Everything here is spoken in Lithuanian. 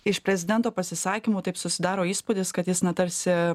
iš prezidento pasisakymų taip susidaro įspūdis kad jis na tarsi